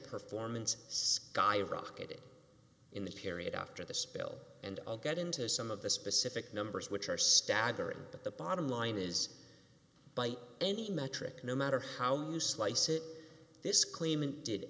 performance skyrocketed in the period after the spill and i'll get into some of the specific numbers which are staggering but the bottom line is by any metric no matter how you slice it this claimant did